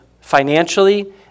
financially